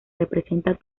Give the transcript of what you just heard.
representa